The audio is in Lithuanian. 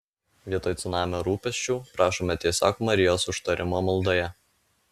vietoj cunamio rūpesčių prašome tiesiog marijos užtarimo maldoje